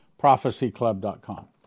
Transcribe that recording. Prophecyclub.com